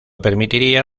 permitiría